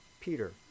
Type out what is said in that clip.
Peter